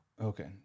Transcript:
Okay